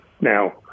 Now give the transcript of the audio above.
Now